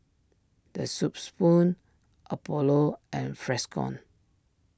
the Soup Spoon Apollo and Freshkon